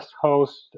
host